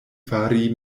fari